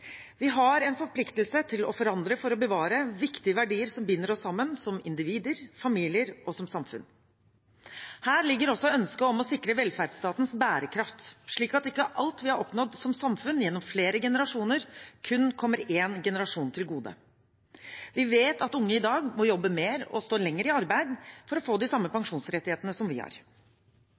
Vi har en forpliktelse til å forandre for å bevare – viktige verdier som binder oss sammen som individer, familier og som samfunn. Her ligger også ønsket om å sikre velferdsstatens bærekraft, slik at ikke alt vi har oppnådd som samfunn gjennom flere generasjoner, kun kommer én generasjon til gode. Vi vet at unge i dag må jobbe mer og stå lenger i arbeid for å få de samme pensjonsrettighetene som vi har.